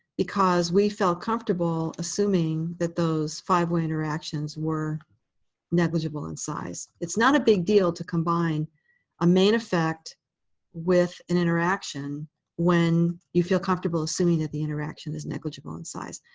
because we felt comfortable assuming that those five-way interactions were negligible in size. it's not a big deal to combine a main effect with an interaction when you feel comfortable assuming that the interaction is negligible in size.